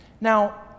Now